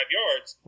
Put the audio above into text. yards